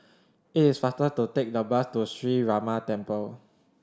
it is faster to take the bus to Sree Ramar Temple